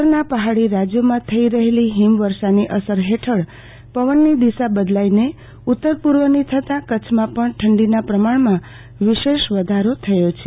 ઉત્તરના પહાડી રાજ્યોમાં થઈ રહેલી હિમવર્ષાની અસર હેઠળ પવનની દિશા બદલાઈને ઉત્તર પુ ર્વની થતાં કચ્છમાં પણ ઠંડીના પ્રમાણમાં વિશેષ વધારો થયો છે